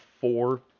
four